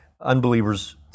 Unbelievers